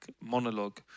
monologue